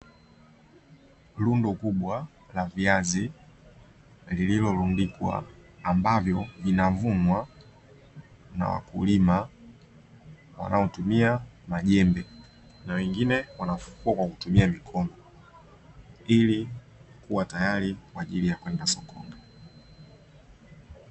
Rundo kubwa la viazi lililorundikwa ambavyo vinavunwa na wakulima wanaotumia majembe na wengine wanafukua kwa kutumia mikono ili kuwa tayari kwa ajili ya kwenda sokoni.